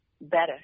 better